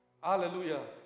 Hallelujah